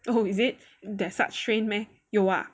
oh is it there's such train meh 有 ah